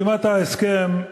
חתימת ההסכם,